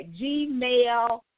gmail